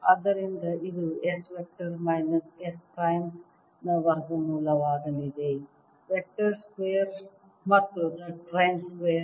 ಆದ್ದರಿಂದ ಇದು S vector minus S prime ನ ವರ್ಗಮೂಲವಾಗಲಿದೆ ವೆಕ್ಟರ್ ಸ್ಕ್ವೇರ್ ಮತ್ತು Z ಪ್ರೈಮ್ ಸ್ಕ್ವೇರ್